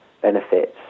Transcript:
benefits